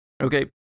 Okay